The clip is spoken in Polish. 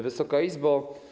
Wysoka Izbo!